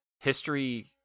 history